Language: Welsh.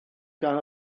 gan